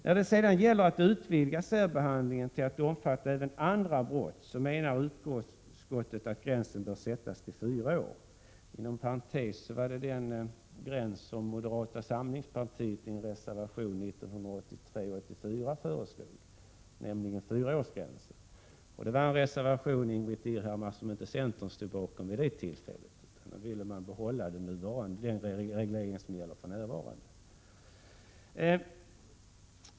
När det sedan gäller att utvidga särbehandlingen till att omfatta även andra brott menar utskottet att gränsen bör sättas till fyra år. Inom parentes var det den gräns som moderata samlingspartiet föreslog i en reservation 1983 88:133 Det var en reservation, Ingbritt Irhammar, som centern inte stod bakom, 3 juni 1988 utan man ville behålla den reglering som gäller för närvarande.